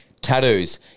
Tattoos